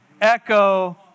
echo